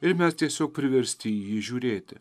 ir mes tiesiog priversti į jį žiūrėti